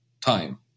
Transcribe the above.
time